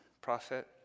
prophet